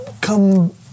come